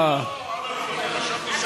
התשע"ה 2015, לוועדת החוקה, חוק ומשפט נתקבלה.